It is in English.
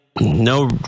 no